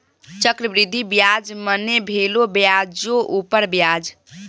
चक्रवृद्धि ब्याज मने भेलो ब्याजो उपर ब्याज